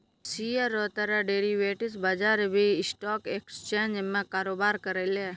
share रो तरह derivatives बजार भी स्टॉक एक्सचेंज में कारोबार करै छै